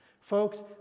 folks